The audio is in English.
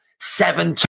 seven